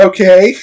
Okay